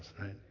Right